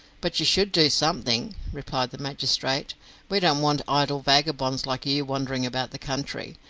but you should do something, replied the magistrate we don't want idle vagabonds like you wandering about the country.